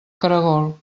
caragol